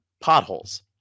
Potholes